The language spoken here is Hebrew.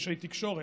אנשי תקשורת,